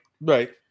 Right